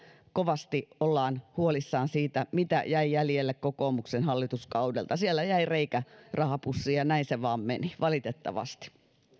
kovasti ollaan huolissaan siitä mitä jäi jäljelle kokoomuksen hallituskaudelta sieltä jäi reikä rahapussiin ja näin se vain meni valitettavasti